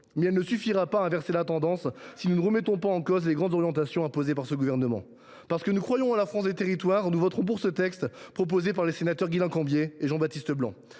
mais elle ne suffira pas à inverser la tendance si nous ne remettons pas en cause les grandes orientations imposées par le Gouvernement. Parce que nous croyons en la France des territoires, nous voterons pour ce texte proposé par les sénateurs Guislain Cambier et Jean Baptiste Blanc,